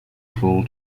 full